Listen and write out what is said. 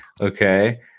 Okay